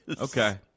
Okay